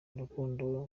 rukundo